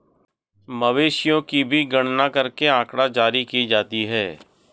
मवेशियों की भी गणना करके आँकड़ा जारी की जाती है